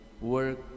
work